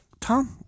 Tom